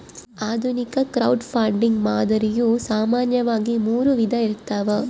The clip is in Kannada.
ಆಧುನಿಕ ಕ್ರೌಡ್ಫಂಡಿಂಗ್ ಮಾದರಿಯು ಸಾಮಾನ್ಯವಾಗಿ ಮೂರು ವಿಧ ಇರ್ತವ